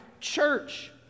Church